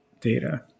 data